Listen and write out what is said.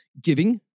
giving